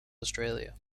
australia